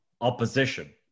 opposition